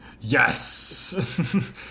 Yes